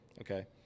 okay